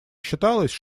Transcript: считалось